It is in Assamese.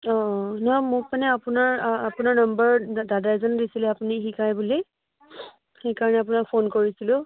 অ' নহয় মোক মানে আপোনাৰ আপোনাৰ নম্বৰ দাদা এজনে দিছিলে আপুনি শিকাই বুলি সেইকাৰণে আপোনাক ফোন কৰিছিলোঁ